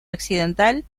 occidental